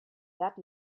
that